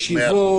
ישיבות,